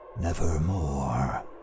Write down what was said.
Nevermore